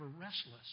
restless